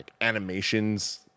animations